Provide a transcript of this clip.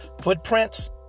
footprints